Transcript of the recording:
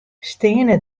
steane